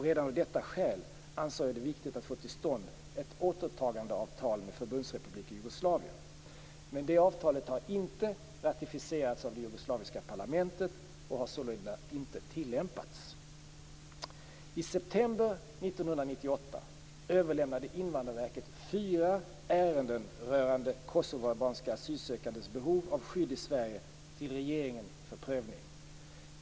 Redan av detta skäl ansåg jag det viktigt att få till stånd ett återtagandeavtal med Förbundsrepubliken Jugoslavien. Det avtalet har inte ratificerats av det jugoslaviska parlamentet och har sålunda inte tillämpats. I september 1998 överlämnade Invandrarverket fyra ärenden rörande kosovoalbanska asylsökandes behov av skydd i Sverige till regeringen för prövning.